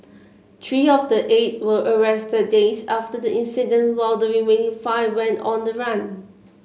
three of the eight were arrested days after the incident while the remaining five went on the run